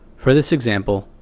for this example,